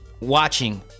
watching